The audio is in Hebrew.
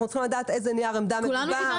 אנחנו צריכים לדעת באיזה נייר עמדה מדובר.